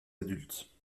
adultes